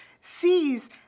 sees